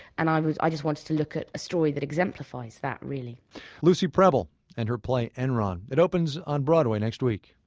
and i just wanted to look at a story that exemplifies that, really lucy prebble and her play enron. it opens on broadway, next week.